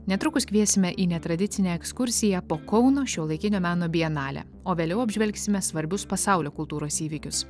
netrukus kviesime į netradicinę ekskursiją po kauno šiuolaikinio meno bienalę o vėliau apžvelgsime svarbius pasaulio kultūros įvykius